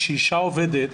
כשאישה עובדת,